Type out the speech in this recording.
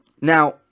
Now